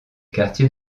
quartiers